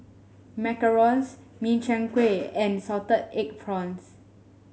Macarons Min Chiang Kueh and Salted Egg Prawns